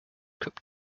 cup